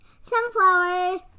sunflower